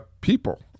people